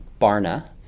Barna